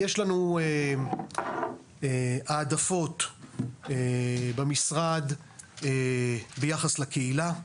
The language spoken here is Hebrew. יש לנו העדפות במשרד ביחס לקהילה,